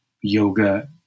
yoga